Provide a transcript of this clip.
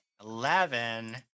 Eleven